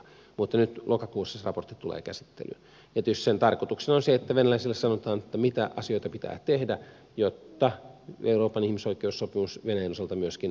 mutta nyt lokakuussa se raportti tulee käsittelyyn ja tietysti sen tarkoituksena on se että venäläisille sanotaan mitä asioita pitää tehdä jotta euroopan ihmisoikeussopimus venäjän osalta myöskin täyttyisi